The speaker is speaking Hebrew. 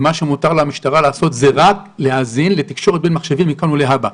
ומה שמותר למשטרה לעשות זה רק להאזין לתקשורת בין מחשבים מכאן ולהבא.